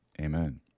amen